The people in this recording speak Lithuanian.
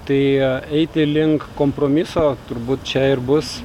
tai eiti link kompromiso turbūt čia ir bus